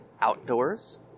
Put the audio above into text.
Outdoors